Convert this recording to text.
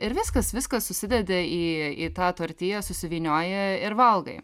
ir viskas viską susideda į į tą tortiją susivynioji ir valgai